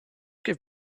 give